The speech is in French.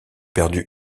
perdu